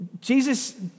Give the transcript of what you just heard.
Jesus